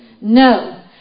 No